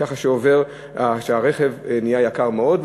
כך שהרכב נהיה יקר מאוד,